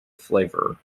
flavor